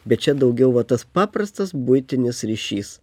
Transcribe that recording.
bet čia daugiau va tas paprastas buitinis ryšys